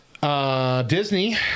Disney